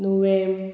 नुवें